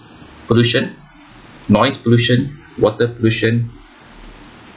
pollution noise pollution water pollution